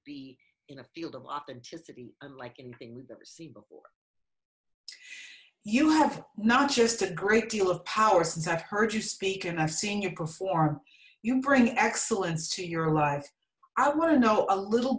be in a field of authenticity unlike anything we've ever seen before you have not just a great deal of power since i've heard you speak and i've seen you perform you bring excellence to your life i want to know a little